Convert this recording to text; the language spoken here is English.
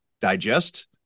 digest